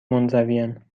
منزوین